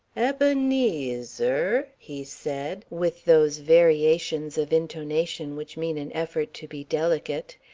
ebenezer, he said, with those variations of intonation which mean an effort to be delicate,